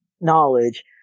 knowledge